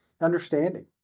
understanding